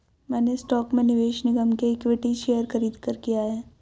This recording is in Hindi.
मैंने स्टॉक में निवेश निगम के इक्विटी शेयर खरीदकर किया है